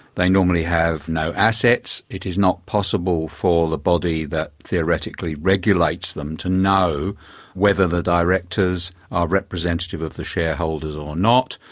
they normally have no assets, it is not possible for the body that theoretically regulates them to know whether the directors are representative of the shareholders or not,